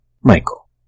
Michael